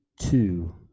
two